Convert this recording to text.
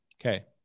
Okay